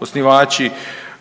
osnivači